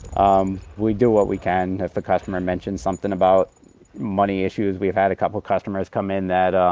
um we do what we can if a customer mentions something about money issues. we've had a couple customers come in that um